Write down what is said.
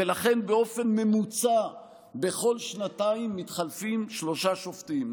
ולכן באופן ממוצע בכל שנתיים מתחלפים שלושה שופטים.